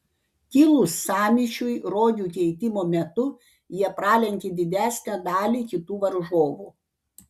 kilus sąmyšiui rogių keitimo metu jie pralenkė didesnę dalį kitų varžovų